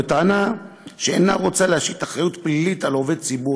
בטענה שהיא אינה רוצה להשית אחריות פלילית על עובד ציבור.